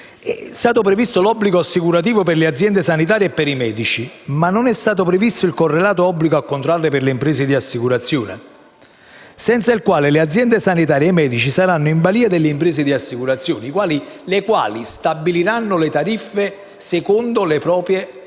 È stato previsto l'obbligo assicurativo per le aziende sanitarie e per i medici, ma non è stato previsto il correlato obbligo a contrarre per le imprese di assicurazione, senza il quale le aziende sanitarie e i medici saranno in balia delle imprese di assicurazione, le quali stabiliranno le tariffe secondo le proprie